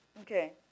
Okay